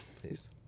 please